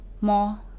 more